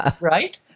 right